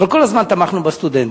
אבל כל הזמן תמכנו בסטודנטים.